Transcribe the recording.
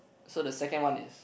so the second one is